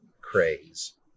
craze